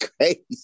crazy